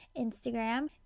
instagram